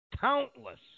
countless